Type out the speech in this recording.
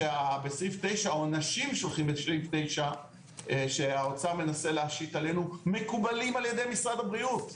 שבסעיף 9 העונשים שהאוצר מנסה להשית עלינו מקובלים על ידי משרד הבריאות.